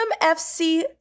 FC